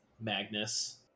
magnus